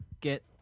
get